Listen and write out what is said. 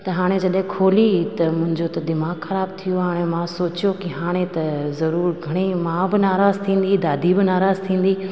त हाणे जॾहिं खोली त मुंहिंजो त दिमाग़ु ख़राब थी वियो हाणे मां सोचियो की हाणे त ज़रूर घणे माउ बि नाराज़ थींदी दादी बि नाराज़ थींदी